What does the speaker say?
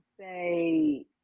Say